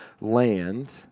land